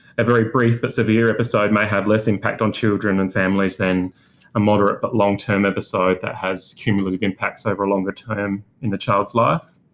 a very brief but severe episode may have less impact on children and families than a moderate but long-term episode that has accumulative impacts over a longer term in the child's life.